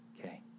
okay